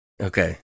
Okay